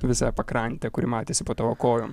visą pakrantę kuri matėsi po tavo kojom